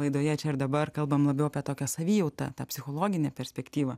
laidoje čia ir dabar kalbam labiau apie tokią savijautą tą psichologinę perspektyvą